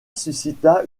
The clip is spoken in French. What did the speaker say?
suscita